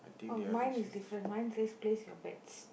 oh mine is different mine says place your bets